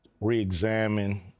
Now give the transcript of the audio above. re-examine